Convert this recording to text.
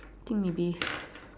I think maybe